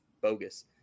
bogus